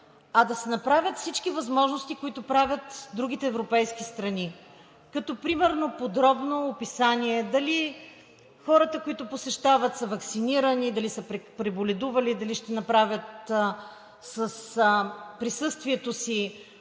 а да се направят всички възможности, които правят другите европейски страни, като примерно подробно описание дали хората, които ги посещават, са ваксинирани, дали са преболедували, дали ще направят с присъствието си